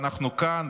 ואנחנו כאן,